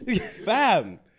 Fam